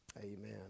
amen